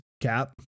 cap